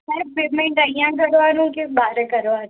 સાહબે payment અહીંયા કરવાનું કે બહાર કરવાનું